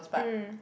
mm